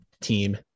team